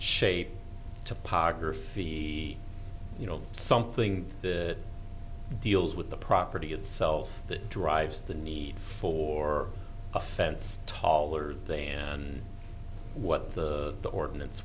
shape topography you know something that deals with the property itself that drives the need for a fence taller than what the ordinance